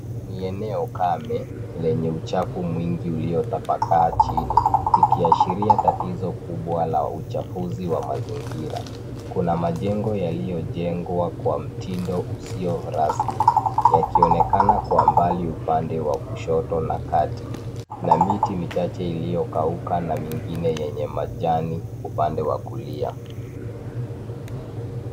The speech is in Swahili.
Ni eneo kame lenye uchafu mwingi uliotapakaa chini, ikiashiria tatizo kubwa la uchafuzi wa mazingira. Kuna majengo yaliyojengwa kwa mtindo usio rasmi yakionekana kwa mbali upande wa kushoto na kati na miti michache iliyokauka na mingine yenye majani upande wa kulia.